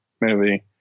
movie